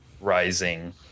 rising